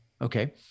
Okay